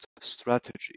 strategy